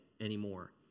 anymore